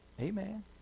Amen